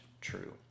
true